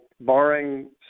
barring